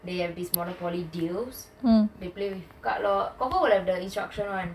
they have this monopoly deals they play with card lor confirm will have instructions [one]